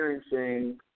experiencing